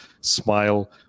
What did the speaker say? smile